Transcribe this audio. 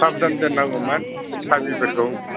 साबदान दोननांगौमोन साबिफोरखौ